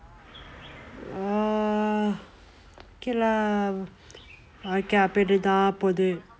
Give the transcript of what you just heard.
mm okay lah வாழ்க்கை அப்படி தான் போகுது:valkkai appadi thaan pokuthu